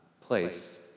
place